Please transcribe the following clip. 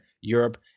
Europe